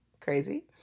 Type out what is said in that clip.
crazy